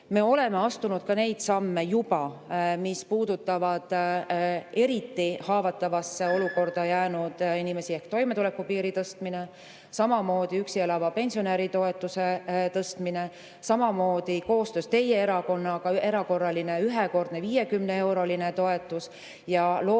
Me oleme astunud ka neid samme juba, mis puudutavad eriti haavatavasse olukorda jäänud inimesi, ehk toimetulekupiiri tõstmine, samamoodi üksi elava pensionäri toetuse tõstmine, samamoodi koostöös teie erakonnaga erakorraline ühekordne 50‑eurone toetus.